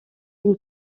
une